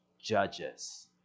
Judges